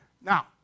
Now